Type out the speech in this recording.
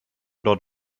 dort